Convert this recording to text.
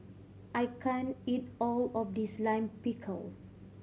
I can't eat all of this Lime Pickle